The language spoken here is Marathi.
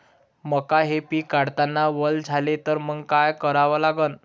मका हे पिक काढतांना वल झाले तर मंग काय करावं लागन?